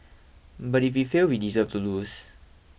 but if we fail we deserve to lose